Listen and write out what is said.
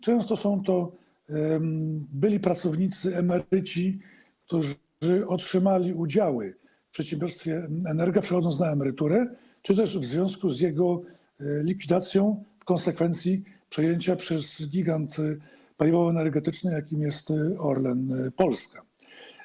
Często są to byli pracownicy, emeryci, którzy otrzymali udziały w przedsiębiorstwie Energa, przechodząc na emeryturę czy też w związku z jego likwidacją w konsekwencji przejęcia przez giganta paliwowo-energetycznego, jakim jest Orlen Polska.